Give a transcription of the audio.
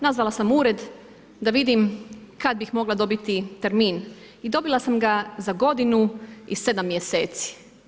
Nazala sam ured, da vidim, kada bi mogla dobiti termin i dobila sam ga za godinu i 7 mjeseci.